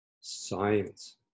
science